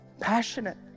passionate